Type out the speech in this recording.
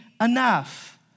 enough